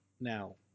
Now